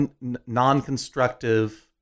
non-constructive